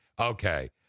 okay